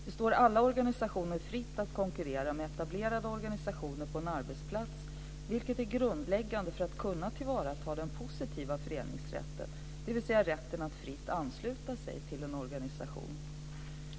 Det står alla organisationer fritt att konkurrera med etablerade organisationer på en arbetsplats, vilket är grundläggande för att kunna tillvarata den positiva föreningsrätten, dvs. rätten att fritt ansluta sig till en organisation.